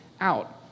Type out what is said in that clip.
out